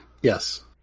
Yes